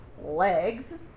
legs